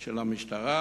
של המשטרה,